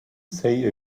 say